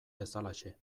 bezalaxe